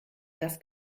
das